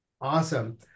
Awesome